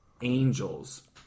angels